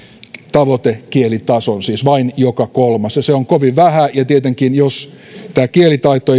tavoitekielitason siis vain joka kolmas ja se on kovin vähän ja tietenkin jos tämä kielitaito